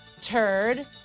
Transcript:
turd